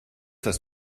das